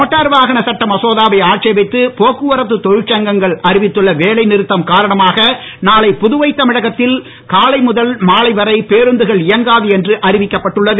motor வாகன சட்ட மசோதாவை ஆட்சேபித்து போக்குவரத்து அறிவித்துள்ள வேலை தொ ழிற்சங்கள் காரணமாக நானை புதுவை தமிழகத்தில் காலை முதல் மாலை வரை பேருந்துகள் இயங்காது என்று அறிவிக்கப்பட்டுன்னது